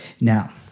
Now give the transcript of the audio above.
Now